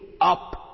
up